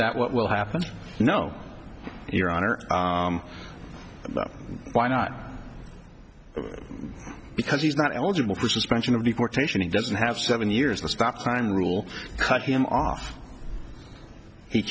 that what will happen you know your honor why not because he's not eligible for suspension of deportation he doesn't have seven years to stop time rule cut him off he